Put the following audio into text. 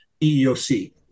EEOC